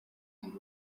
and